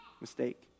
mistake